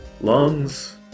Lungs